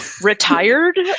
Retired